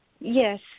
Yes